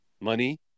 money